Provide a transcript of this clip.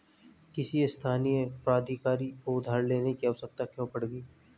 किसी स्थानीय प्राधिकारी को उधार लेने की आवश्यकता क्यों पड़ गई?